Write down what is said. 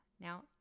Now